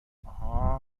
آهان